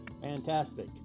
Fantastic